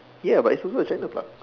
ya but it's also a China plug